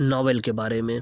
novel کے بارے میں